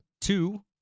Two